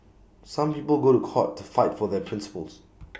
some people go to court to fight for their principles